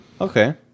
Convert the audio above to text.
okay